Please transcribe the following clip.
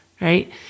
right